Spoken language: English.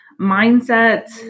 mindset